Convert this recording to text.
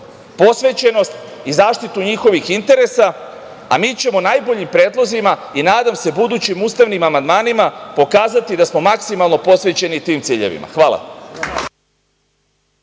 posvećenost i zaštitu njihovih interesa, a mi ćemo najboljim predlozima i nadam se budućim ustavnim amandmanima pokazati da smo maksimalno posvećeni tim ciljevima. Hvala.